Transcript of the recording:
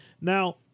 Now